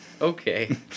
Okay